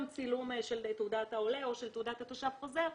צילום של תעודת העולה או של תעודת התושב החוזר,